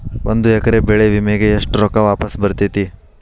ಒಂದು ಎಕರೆ ಬೆಳೆ ವಿಮೆಗೆ ಎಷ್ಟ ರೊಕ್ಕ ವಾಪಸ್ ಬರತೇತಿ?